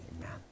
amen